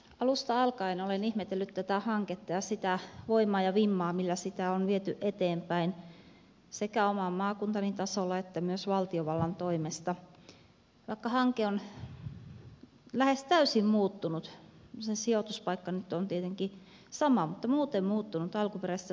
alusta alkaen olen ihmetellyt tätä hanketta ja sitä voimaa ja vimmaa millä sitä on viety eteenpäin sekä oman maakuntani tasolla että myös valtiovallan toimesta vaikka hanke on lähes täysin muuttunut sen sijoituspaikka nyt on tietenkin sama mutta muuten muuttunut alkuperäisestä suunnitelmastaan